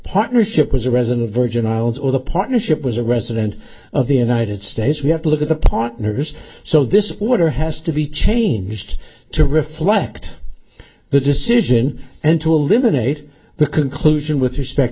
partnership was a resident of virgin islands or the partnership was a resident of the united states we have to look at the partners so this order has to be changed to reflect the decision and to eliminate the conclusion with respect